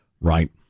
Right